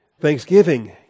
Thanksgiving